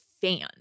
fans